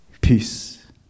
peace